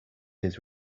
his